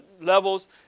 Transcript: levels